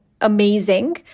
amazing